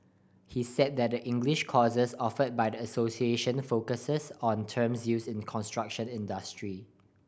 he said that the English courses offered by the association focus on terms used in the construction industry